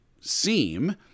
seem